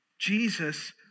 Jesus